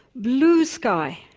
blue sky.